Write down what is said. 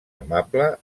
amable